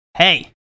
Hey